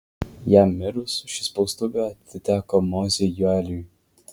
jam mirus ši spaustuvė atiteko mozei joeliui